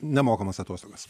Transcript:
nemokamas atostogas